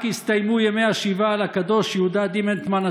רק הסתיימו ימי השבעה על הקדוש יהודה דימנטמן,